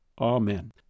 Amen